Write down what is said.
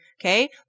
okay